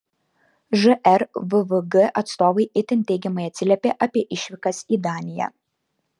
žrvvg atstovai itin teigiamai atsiliepė apie išvykas į daniją